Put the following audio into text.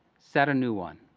set a new one,